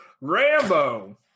Rambo